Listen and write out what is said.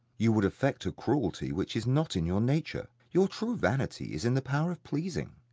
you would affect a cruelty which is not in your nature your true vanity is in the power of pleasing.